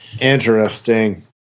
Interesting